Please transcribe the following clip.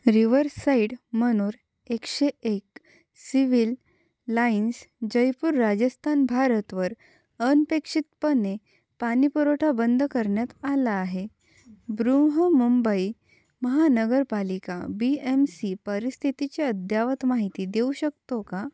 Riverside manor एकशे एक civil lines Jaipur Rajasthan भारतवर अनपेक्षितपणे पाणीपुरवठा बंद करण्यात आला आहे बृहोमुंबई महानगरपालिका बी एम सी परिस्थितीची अद्ययावत माहिती देऊ शकतो का